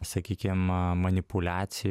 sakykim manipuliacij